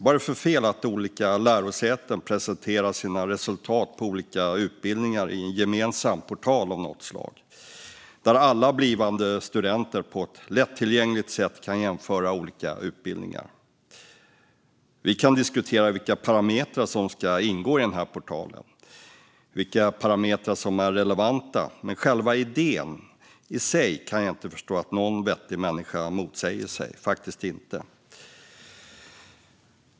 Vad är det för fel med att olika lärosäten presenterar sina resultat på olika utbildningar i en gemensam portal av något slag där alla blivande studenter på ett lättillgängligt sätt kan jämföra olika utbildningar? Vi kan diskutera vilka parametrar som ska ingå i denna portal och vilka parametrar som är relevanta, men själva idén i sig kan jag faktiskt inte förstå att någon vettig människa motsätter sig.